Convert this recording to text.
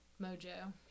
mojo